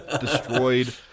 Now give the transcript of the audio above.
destroyed